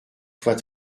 soit